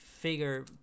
figure